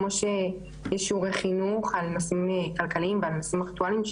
כמו שיש שעורי חינוך על נושאים כלכלים ועל נושאים אקטואליים,